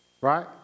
Right